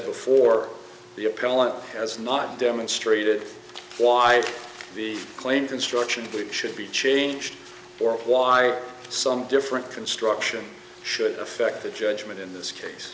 before the appellant has not demonstrated why the claim construction should be changed or why some different construction should affect the judgment in this case